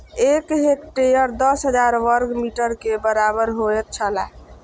एक हेक्टेयर दस हजार वर्ग मीटर के बराबर होयत छला